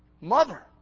mother